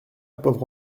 pauvre